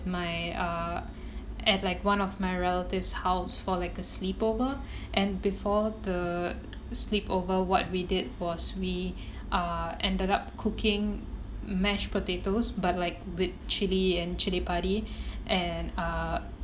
my uh at like one of my relative's house for like a sleepover and before the sleepover what we did was we uh ended up cooking mashed potatoes but like with chilli and chilli padi and uh